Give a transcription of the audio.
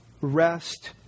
rest